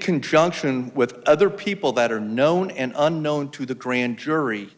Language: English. conjunction with other people that are known and unknown to the grand jury